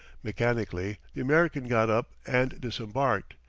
mechanically the american got up and disembarked.